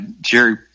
Jerry